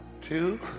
two